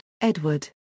Edward